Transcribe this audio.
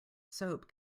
soap